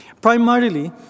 Primarily